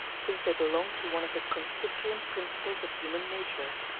since they belong to one of the constituent principles of human nature.